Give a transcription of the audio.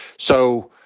so,